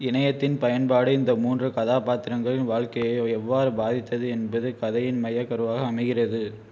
இணையத்தின் பயன்பாடு இந்த மூன்று கதாபாத்திரங்களின் வாழ்க்கையை எவ்வாறு பாதித்தது என்பது இக்கதையின் மையக்கருவாக அமைகிறது